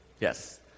Yes